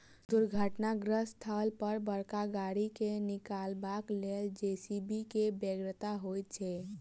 दुर्घटनाग्रस्त स्थल पर बड़का गाड़ी के निकालबाक लेल जे.सी.बी के बेगरता होइत छै